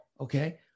Okay